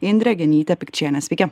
indrė genytė pikčienė sveiki